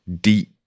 deep